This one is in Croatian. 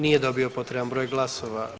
Nije dobio potreban broj glasova.